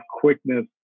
quickness